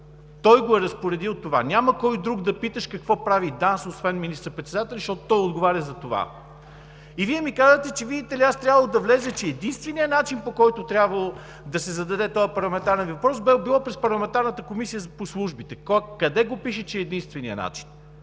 Той е разпоредил това! Няма кой друг да питаш какво прави ДАНС освен министър-председателя, защото той отговаря за това! И Вие ми казвате, че, видите ли, единственият начин, по който трябвало да се зададе този парламентарен въпрос, било през Парламентарната комисия по службите. Къде го пише, че е единственият начин?